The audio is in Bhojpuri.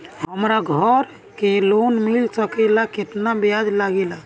हमरा घर के लोन मिल सकेला केतना ब्याज लागेला?